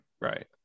Right